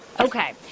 Okay